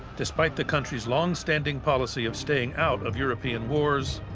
despite the country's long-standing policy of staying out of european wars,